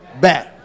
back